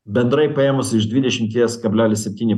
bendrai paėmus iš dvidešimties kablelis septyni